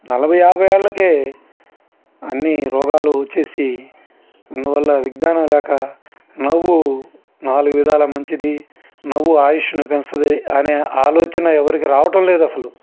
నలభై యాభై ఏళ్లకే అన్ని రోగాలు వచ్చేసి అందువల్ల విజ్ఞానం లేక నవ్వు నాలుగు విధాల మంచిది నవ్వు ఆయుష్షుని పెంచుతుంది అని ఆలోచన ఎవరికీ రావటం లేదు అసలు